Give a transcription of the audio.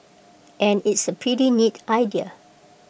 and it's A pretty neat idea